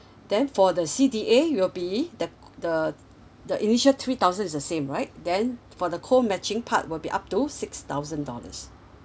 then for the C_D_A it'll be the the the initial three thousand is the same right then for the whole matching part will be up to six thousand dollars